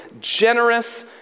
generous